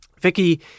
Vicky